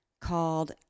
called